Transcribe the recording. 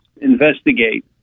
investigate